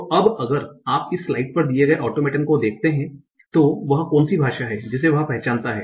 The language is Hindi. तो अब अगर आप इस स्लाइड पर दिए गए ऑटोमेटन को देखते हैं तो वह कौन सी भाषा है जिसे वह पहचानता है